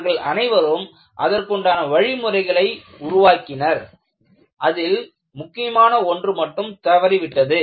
அவர்கள் அனைவரும் அதற்குண்டான வழிமுறைகளை உருவாக்கினர் அதில் முக்கியமான ஒன்று மட்டும் தவறிவிட்டது